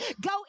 go